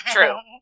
True